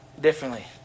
differently